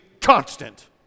constant